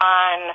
on